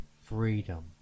freedom